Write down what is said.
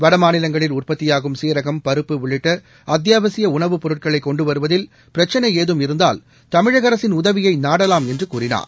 வடமாநிலங்களில் உற்பத்தியாகும் சீரகம் பருப்பு உள்ளிட்ட அத்தியாவசிய உணவுப் பொருட்களை கொண்டுவருவதில் பிரச்சினை ஏதும் இருந்தால் தமிழக அரசின் உதவியை நாடவாம் என்று கூறினார்